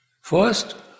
first